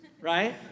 right